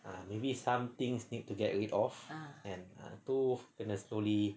ah maybe some things need to get rid of and move slowly